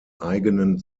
eigenen